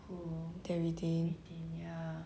get retained